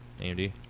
AMD